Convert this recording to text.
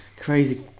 Crazy